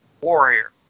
warrior